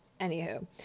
Anywho